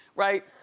right.